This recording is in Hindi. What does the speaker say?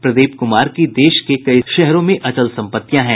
प्रदीप कुमार की देश के कई शहरों में अचल संपत्तियां हैं